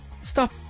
stop